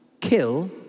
kill